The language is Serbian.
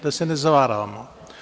Da se ne zavaravamo.